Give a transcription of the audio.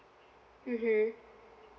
mmhmm